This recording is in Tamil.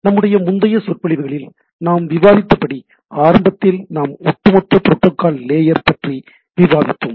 நம்முடைய முந்தைய சொற்பொழிவுகளில் நாம் விவாதித்தபடி ஆரம்பத்தில் நாம் ஒட்டுமொத்த புரோட்டோகால் லேயர் பற்றி விவாதித்தோம்